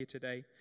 today